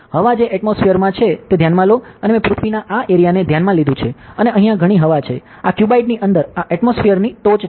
હવા જે એટમોસ્ફિઅરમાં છે તે ધ્યાનમાં લો અને મેં પૃથ્વીના આ એરીયાને ધ્યાનમાં લીધું છે અને અહીંયા ઘણી હવા છે આ ક્યુબોઇડ ની અંદર આ એટમોસ્ફિઅરની ટોચ છે